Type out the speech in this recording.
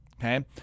Okay